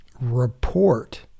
report